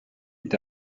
est